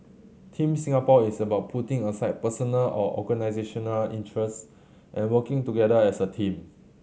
Team Singapore is about putting aside personal or organisational interest and working together as a team